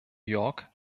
york